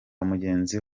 mugenzi